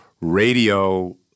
radio